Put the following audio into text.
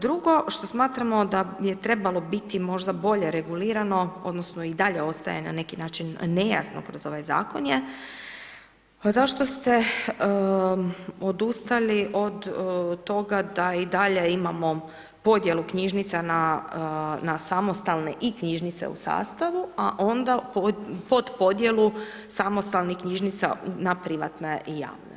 Drugo što smatramo da je trebalo biti možda bolje regulirano, odnosno, i dalje ostaje na neki način nejasno kroz ovaj zakon, je zašto ste odustali od toga da i dalje imamo podjelu knjižnica na samostalne i knjižnice u sastavu, a onda pod podjelu samostalnih knjižnica na privatne i javne.